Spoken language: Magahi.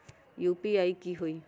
यू.पी.आई की होई?